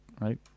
right